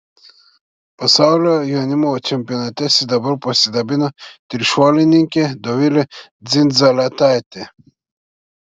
pasaulio jaunimo čempionate sidabru pasidabino trišuolininkė dovilė dzindzaletaitė